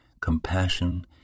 compassion